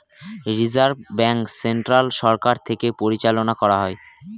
reserve bank central সরকার থেকে পরিচালনা করা হয়